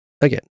again